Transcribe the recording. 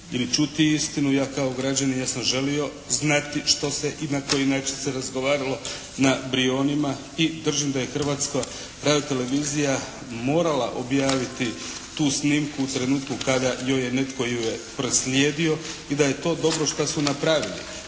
čuti istinu, ja kao građanin ja sam želio znati što se i na koji način se razgovaralo na Brijonima i držim da je Hrvatska radiotelevizija morala objaviti tu snimku u trenutku kada ju je netko proslijedio i da je to dobro što su napravili.